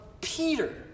Peter